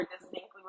distinctly